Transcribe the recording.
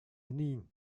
үнэн